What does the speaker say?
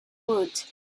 would